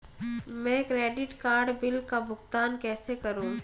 मैं credit card bill का भुगतान कैसे करूं?